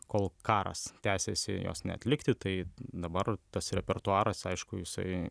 kol karas tęsiasi jos neatlikti tai dabar tas repertuaras aišku jisai